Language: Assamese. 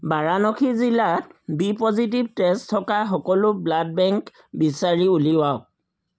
বাৰাণসী জিলাত বি পজিটিভ তেজ থকা সকলো ব্লাড বেংক বিচাৰি উলিয়াওক